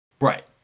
Right